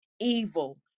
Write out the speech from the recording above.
evil